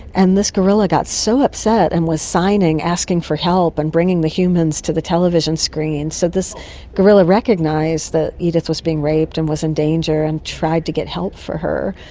and this gorilla got so upset and was signing, asking for help and bringing the humans to the television screen. so this gorilla recognised that edith was being raped and was in danger and tried to get help for her.